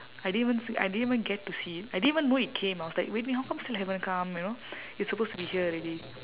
I didn't even s~ I didn't even get to see it I didn't even know it came I was like waiting how come still haven't come you know it's supposed to be here already